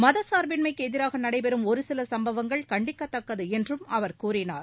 மதச்சார்பின்மைக்கு எதிராக நடைபெறும் ஒருசில சும்பவங்கள் கண்டிக்கத்தக்கது என்றும் அவர் கூறினார்